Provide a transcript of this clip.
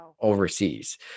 overseas